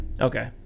Okay